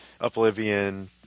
Oblivion